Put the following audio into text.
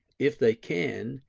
if they can,